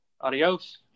Adios